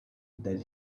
that